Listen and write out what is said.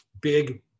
big